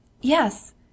Yes